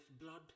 blood